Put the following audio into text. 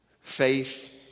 faith